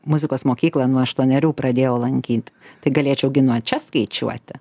muzikos mokyklą nuo aštuonerių pradėjau lankyt tai galėčiau gi nuo čia skaičiuoti